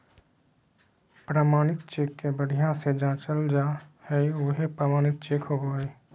प्रमाणित चेक के बढ़िया से जाँचल जा हइ उहे प्रमाणित चेक होबो हइ